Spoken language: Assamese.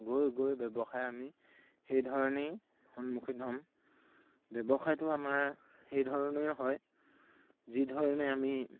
গৈ গৈ ব্যৱসায় আমি সেইধৰণেই সন্মুখীন হ'ম ব্যৱসায়টো আমাৰ সেইধৰণেই হয় যিধৰণে আমি